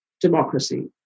democracy